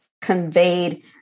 conveyed